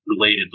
relatedly